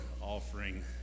offering